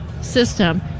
system